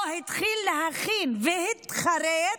או התחיל להכין והתחרט,